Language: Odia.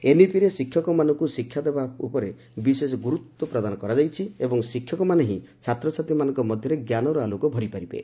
ଏନ୍ଇପିରେ ଶିକ୍ଷକମାନଙ୍କୁ ଶିକ୍ଷା ଦେବା ଉପରେ ବିଶେଷ ଗୁରୁତ୍ୱ ପ୍ରଦାନ କରାଯାଇଛି ଏବଂ ଶିକ୍ଷକମାନେ ହିଁ ଛାତ୍ଛାତ୍ୱୀଙ୍କ ମଧ୍ୟରେ ଜ୍ଞାନର ଆଲୋକ ଭରିପାରିବେ